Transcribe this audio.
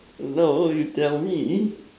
no you tell me